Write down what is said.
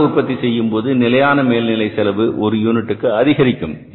குறைவான உற்பத்தி செய்யும் போது நிலையான மேல் நிலை செலவு ஒரு யூனிட்டுக்கு அதிகரிக்கும்